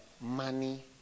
money